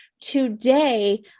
Today